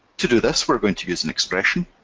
to do this, we're going to use an expression,